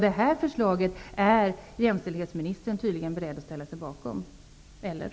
Det här förslaget är jämställdhetsministern tydligen beredd att ställa sig bakom -- eller?